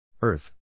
Earth